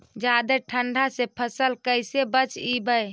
जादे ठंडा से फसल कैसे बचइबै?